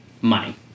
Money